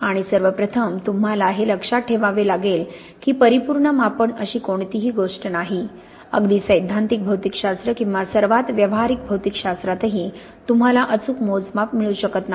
आणि सर्वप्रथम तुम्हाला हे लक्षात ठेवावे लागेल की परिपूर्ण मापन अशी कोणतीही गोष्ट नाही अगदी सैद्धांतिक भौतिकशास्त्र किंवा सर्वात व्यावहारिक भौतिकशास्त्रातही तुम्हाला अचूक मोजमाप मिळू शकत नाही